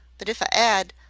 but if i ad,